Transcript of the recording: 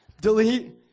Delete